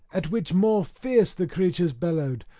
at which more fierce the creatures bellowed,